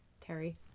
Terry